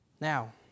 Now